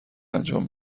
انجام